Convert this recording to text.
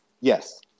Yes